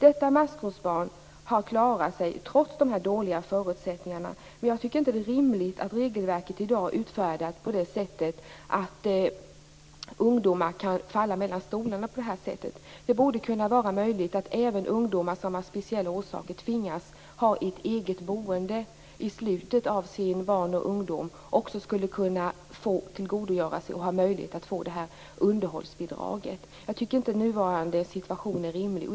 Detta maskrosbarn har klarat sig trots dessa dåliga förutsättningar. Jag tycker inte att det är rimligt att regelverket i dag är utformat så att ungdomar kan falla mellan stolarna på det här viset. Det borde kunna vara möjligt att även ungdomar som av speciella orsaker tvingas ha ett eget boende i slutet av sin barn och ungdom också skulle kunna få tillgodogöra sig underhållsbidraget. Jag tycker inte att nuvarande situation är rimlig.